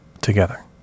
together